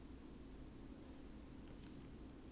like maybe err